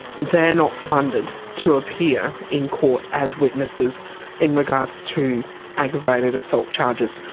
they are not funded to appear in court as witnesses in regards to aggravated assault charges.